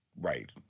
right